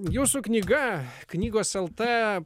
jūsų knyga knygos lt